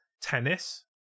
Tennis